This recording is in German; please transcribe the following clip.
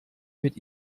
mit